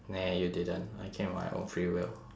nah you didn't I came on my own free will